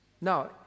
now